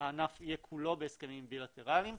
שהענף יהיה כולו בהסכמים בילטרליים.